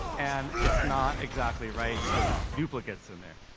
and it's not exactly right because there's duplicates in there,